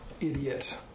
idiot